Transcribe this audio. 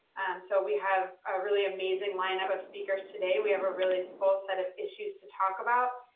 so we have a really amazing lineup of speakers today. we have a really full set of issues to talk about.